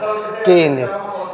kiinni